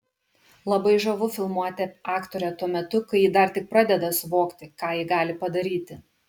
labai žavu filmuoti aktorę tuo metu kai ji dar tik pradeda suvokti ką ji gali padaryti